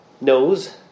knows